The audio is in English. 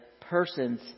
person's